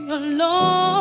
alone